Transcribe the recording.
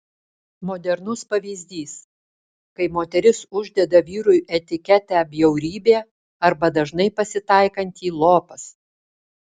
modernus pavyzdys kai moteris uždeda vyrui etiketę bjaurybė arba dažnai pasitaikantį lopas